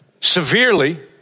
severely